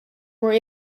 were